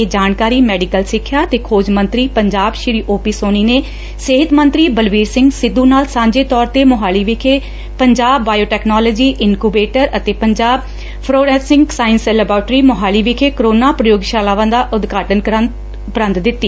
ਇਹ ਜਾਣਕਾਰੀ ਮੈਡੀਕਲ ਸਿੱਖਿਆ ਅਤੇ ਖੋਜ ਮੰਤਰੀ ਓਪੀ ਸੋਨੀ ਨੇ ਸਿਹਤ ਮੰਤਰੀ ਬਲਬੀਰ ਸਿੰਘ ਸਿੱਧੁ ਨਾਲ ਸਾਂਝੇ ਤੌਰ ਤੇ ਮੁਹਾਲੀ ਵਿਖੇ ਪੰਜਾਬ ਬਾਇਓਟੈਕਨਾਲੌਜੀ ਇਨਕੁਬੇਟਰ ਅਤੇ ਪੰਜਾਬ ਫੋਰੈਂਸਿਕ ਸਾਇੰਸ ਲੈਬਾਰਟਰੀ ਵਿਖੇ ਕੋਰੋਨਾ ਪ੍ਰਯੋਗਸ਼ਾਲਾਵਾਂ ਦਾ ਉਦਘਾਟਨ ਕਰਨ ਉਪਰੰਤ ਦਿੱਤੀ